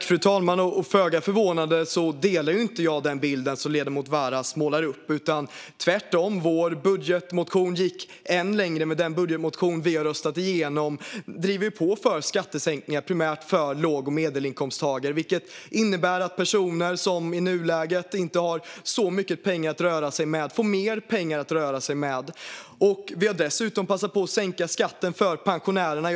Fru talman! Föga förvånande håller jag inte med om den bild som ledamoten Varas målar upp. Tvärtom: Vår budgetmotion gick än längre, men den budgetmotion vi har röstat igenom driver på för skattesänkningar, primärt för låg och medelinkomsttagare. Detta innebär att personer som i nuläget inte har så mycket pengar att röra sig med får mer pengar att röra sig med. Vi har dessutom passat på att sänka skatten för pensionärerna.